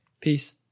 Peace